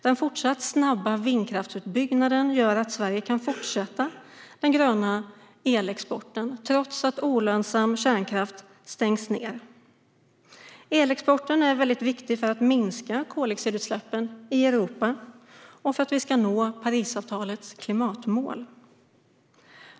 Den fortsatt snabba vindkraftsutbyggnaden gör att Sverige kan fortsätta med den gröna elexporten trots att olönsam kärnkraft stängs ned. Elexporten är väldigt viktig för att minska koldioxidutsläppen i Europa och för att vi ska nå Parisavtalets klimatmål.